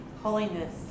Holiness